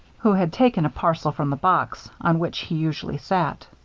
who had taken a parcel from the box on which he usually sat.